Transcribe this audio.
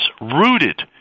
rooted